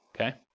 okay